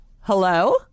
Hello